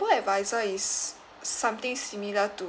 ~bo-advisor is something similar to